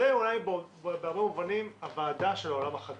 זו אולי בהרבה מובנים הוועדה של העולם החדש.